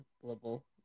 global